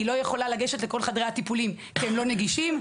היא לא יכולה לגשת לכל חדרי הטיפולים כי הם לא נגישים,